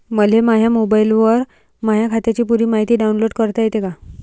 मले माह्या मोबाईलवर माह्या खात्याची पुरी मायती डाऊनलोड करता येते का?